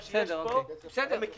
מה שיש פה הם מכירים.